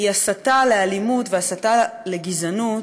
היא הסתה לאלימות והסתה לגזענות,